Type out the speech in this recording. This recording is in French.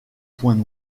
points